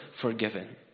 forgiven